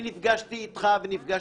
אני מעמיד את הסעיף להצבעה.